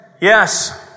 Yes